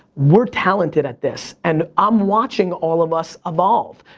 we're talented at this. and i'm watching all of us evolve.